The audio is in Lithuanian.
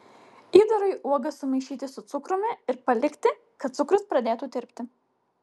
įdarui uogas sumaišyti su cukrumi ir palikti kad cukrus pradėtų tirpti